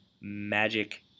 Magic